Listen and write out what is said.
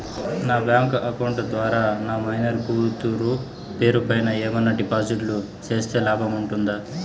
నా bank account ద్వారా నా మైనర్ కూతురు పేరు పైన ఏమన్నా డిపాజిట్లు సేస్తే లాభం ఉంటుందా?